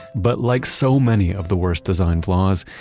but like so many of the worst design flaws,